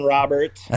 Robert